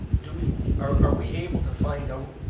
are we able to find out?